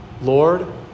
Lord